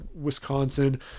Wisconsin